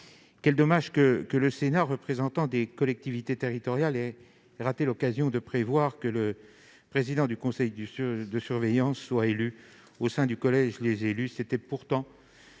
Quel dommage que le Sénat, représentant des collectivités territoriales, ait raté l'occasion de prévoir que la présidence du conseil de surveillance revienne à un membre du collège des élus locaux ! C'était pourtant